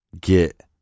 get